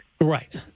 Right